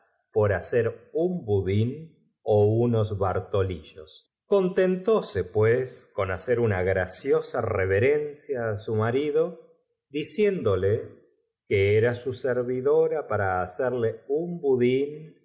por bacet un budln ó unos bn rtolillos contentóse pues con hacer una graciosa reverencia á su marido diciéndole q uo era su servidora para hacerle un